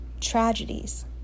tragedies